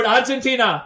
Argentina